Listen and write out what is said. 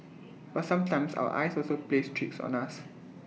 but sometimes our eyes also plays tricks on us